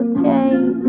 change